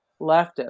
leftist